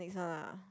next one ah